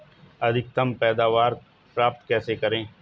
अधिकतम पैदावार प्राप्त कैसे करें?